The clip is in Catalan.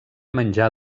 menjar